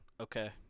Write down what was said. Okay